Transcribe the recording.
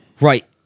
right